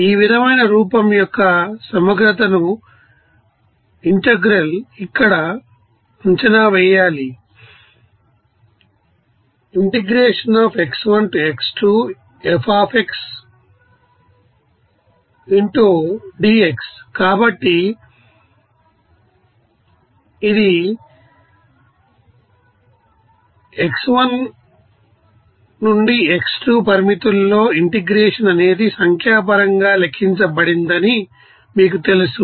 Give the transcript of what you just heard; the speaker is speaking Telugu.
ఈ విధమైన రూపం యొక్క సమగ్రతనుఇక్కడ అంచనా వేయాలి కాబట్టి ఇది నుండి x1 x2 పరిమితుల్లో ఇంటెగ్రేషన్ అనేది సంఖ్యాపరంగా లెక్కించబడిందని మీకు తెలుసు